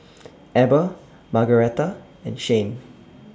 Eber Margaretta and Shayne